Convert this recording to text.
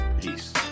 peace